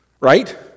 Right